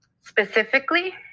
specifically